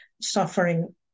suffering